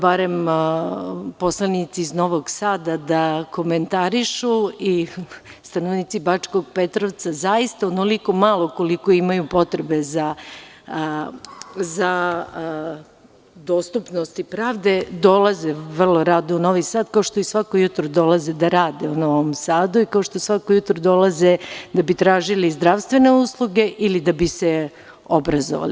Barem poslanici iz Novog Sada da komentarišu i stanovnici Bačkog Petrovca, zaista onoliko malo koliko imaju potrebe za dostupnost pravde dolaze vrlo rado u Novi Sad, kao što i svako jutro dolaze da rade u Novom Sadu i kao što svako jutro dolaze da bi tražili zdravstvene usluge ili da bi se obrazovali.